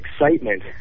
excitement